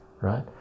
right